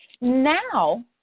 now